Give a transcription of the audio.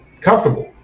comfortable